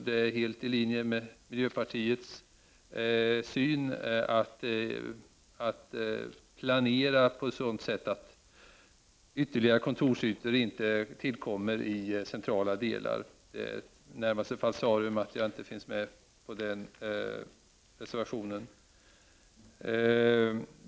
Det stämmer med miljöpartiets syn att ytterligare kontorsytor inte skall tillkomma i centrala delar av stadsbebyggelsen. Det är närmast att betrakta som en lapsus att jag inte står som undertecknare av den reservationen.